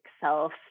self